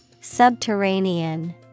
Subterranean